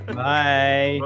bye